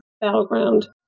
battleground